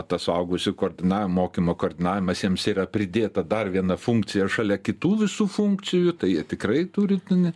tas suaugusių koordinavim mokymo koordinavimas jiems yra pridėta dar viena funkcija šalia kitų visų funkcijų tai jie tikrai turi ten